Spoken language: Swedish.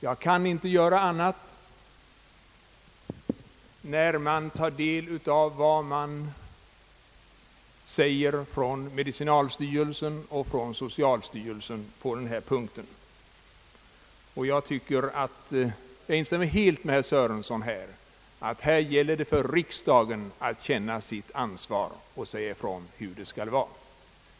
Jag kan inte göra annat efter att ha tagit del av medicinalstyrelsens och socialstyrelsens yttranden i ärendet. Jag instämmer helt med herr Sörenson att det gäller för riksdagen att här känna sitt ansvar och att säga ifrån hur det skall vara.